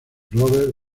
robert